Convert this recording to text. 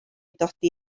dodi